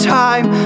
time